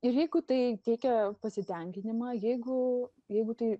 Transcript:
ir jeigu tai teikia pasitenkinimą jeigu jeigu tai